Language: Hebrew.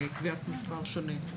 לקביעת מספר שונה?